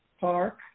Park